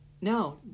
no